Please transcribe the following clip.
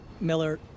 Miller